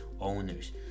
owners